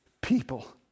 people